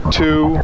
two